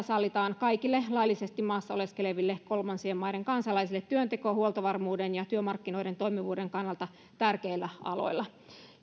sallitaan kaikille laillisesti maassa oleskeleville kolmansien maiden kansalaisille työnteko huoltovarmuuden ja työmarkkinoiden toimivuuden kannalta tärkeillä aloilla